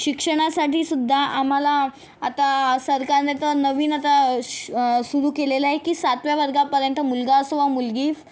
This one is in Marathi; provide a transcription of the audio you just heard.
शिक्षणासाठीसुद्धा आम्हाला आता सरकारने तर नवीन आता शु सुरू केलेले आहे की सातव्या वर्गापर्यंत मुलगा असो वा मुलगी